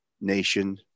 Nation